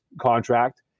contract